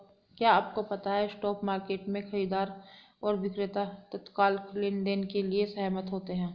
क्या आपको पता है स्पॉट मार्केट में, खरीदार और विक्रेता तत्काल लेनदेन के लिए सहमत होते हैं?